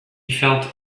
felt